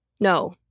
No